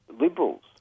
liberals